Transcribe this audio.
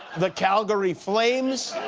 the calgary flames.